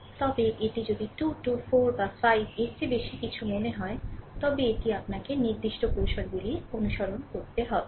তবে এটি যদি 2 2 4 বা 5 এর চেয়ে বেশি কিছু বলে মনে হয় তবে এটি আপনাকে নির্দিষ্ট কৌশলগুলি অনুসরণ করতে হবে